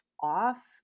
off